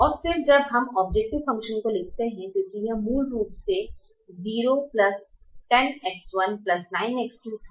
और फिर अब हम औब्जैकटिव फंकशन को लिखते हैं क्योंकि यह मूल रूप से 010X19X2 था